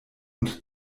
und